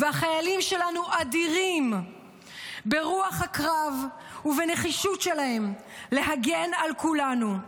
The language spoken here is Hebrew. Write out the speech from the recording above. והחיילים שלנו אדירים ברוח הקרב ובנחישות שלהם להגן על כולנו.